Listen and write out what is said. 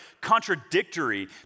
contradictory